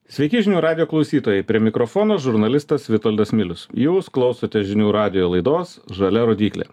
sveiki žinių radijo klausytojai prie mikrofono žurnalistas vitoldas milius jūs klausotės žinių radijo laidos žalia rodyklė